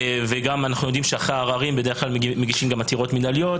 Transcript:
אנחנו גם יודעים שאחרי העררים בדרך כלל מגישים גם עתירות מינהליות,